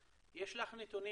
יש לך נתונים